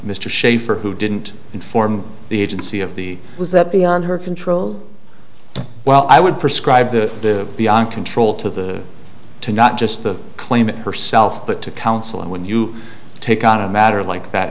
mr shafer who didn't inform the agency of the was that beyond her control well i would prescribe the beyond control to the to not just the claimant herself but to counsel and when you take on a matter like that